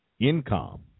income